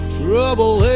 trouble